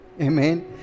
Amen